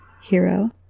Hero